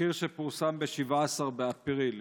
בתחקיר שפורסם ב-17 באפריל,